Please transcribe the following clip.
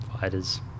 fighters